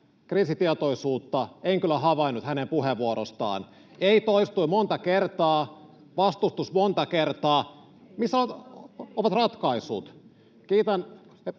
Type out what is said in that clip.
kriisitietoisuutta en kyllä havainnut hänen puheenvuorostaan. ”Ei” toistui monta kertaa, ”vastustus” monta kertaa. Missä ovat ratkaisut? Kiitän